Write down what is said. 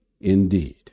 indeed